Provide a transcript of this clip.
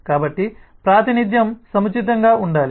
కాబట్టి ప్రాతినిధ్యం సముచితంగా ఉండాలి